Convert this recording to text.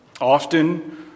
Often